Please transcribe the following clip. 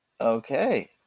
Okay